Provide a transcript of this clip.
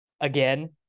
Again